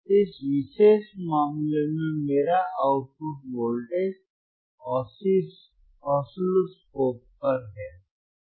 इस विशेष मामले में मेरा आउटपुट वोल्टेज ऑसिलोस्कोप पर है